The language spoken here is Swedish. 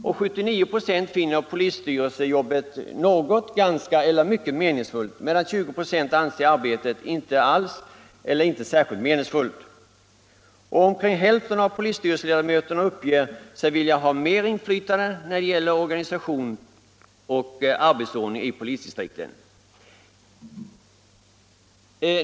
79 96 finner polisstyrelsejobbet ”något, ganska eller mycket meningsfullt, medan 20 procent anser arbetet inte alls eller inte särskilt meningsfullt”. Omkring hälften av polisstyrelseledamöterna uppger sig vilja ha mer inflytande när det gäller organisation och arbetsordning i polisdistriktet.